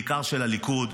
בעיקר של הליכוד,